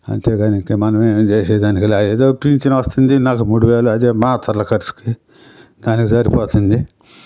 అంతే కానీ ఇంక మనం ఏం చేసేదానికి లే ఏదో పింఛను వస్తుంది నాకు మూడు వేలు అదే మాత్రల ఖర్చుకి దానికి సరిపోతుంది